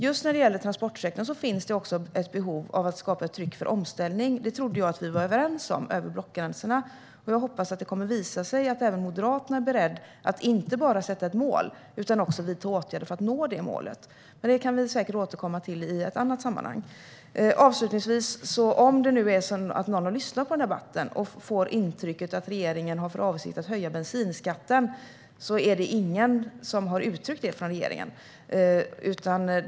Just när det gäller transportsektorn finns det också ett behov av att skapa ett tryck för omställning. Det trodde jag att vi var överens om över blockgränserna. Jag hoppas att det kommer att visa sig att även Moderaterna är beredda att inte bara sätta upp ett mål utan också vidta åtgärder för att nå det målet. Det kan vi säkert återkomma till i ett annat sammanhang. Om någon som har lyssnat på den här debatten får intrycket att regeringen har för avsikt att höja bensinskatten vill jag säga att ingen från regeringen har uttryckt det.